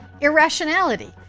irrationality